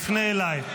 יפנה אליי.